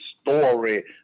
story